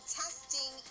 testing